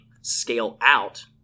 scale-out